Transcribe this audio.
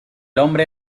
hombre